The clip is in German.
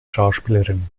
schauspielerin